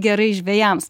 gerai žvejams